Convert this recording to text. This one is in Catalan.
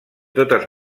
totes